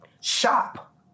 shop